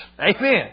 Amen